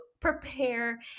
prepare